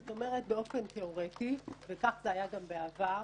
זאת אומרת: באופן תיאורטי וכך זה היה גם בעבר